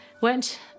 went